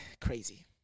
crazy